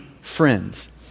friends